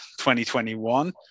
2021